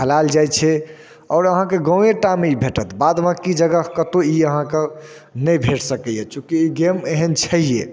खेलायल जाइ छै आओर अहाँके गाँवेटामे ई भेटत बाद बाँकी जगह कतहु ई अहाँके नहि भेट सकइए चुकि ई गेम एहन छै हे